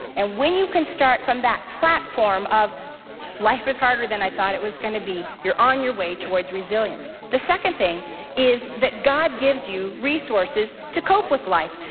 and when you can start from that platform of life is harder than i thought it was gonna be, you're on your way towards resilience. the second thing is that god gives you resources to cope with life.